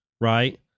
Right